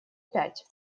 пять